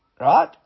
right